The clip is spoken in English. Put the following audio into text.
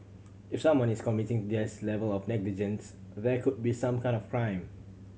if someone is committing this level of negligence there could be some kind of crime